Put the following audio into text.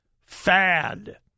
fad